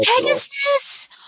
Pegasus